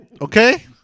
Okay